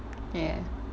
ya